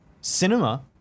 cinema